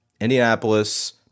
Indianapolis